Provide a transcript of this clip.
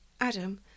Adam